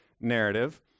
narrative